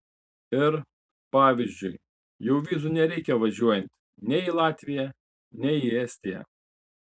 ir pavyzdžiui jau vizų nereikia važiuojant nei į latviją nei į estiją